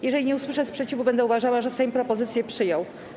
Jeżeli nie usłyszę sprzeciwu, będę uważała, że Sejm propozycję przyjął.